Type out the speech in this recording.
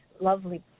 lovely